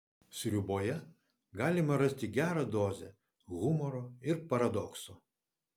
sriuboje galima rasti gerą dozę humoro ir paradokso